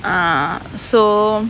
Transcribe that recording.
uh so